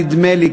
נדמה לי,